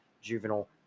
Juvenile